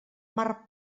mar